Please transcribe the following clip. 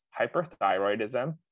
hyperthyroidism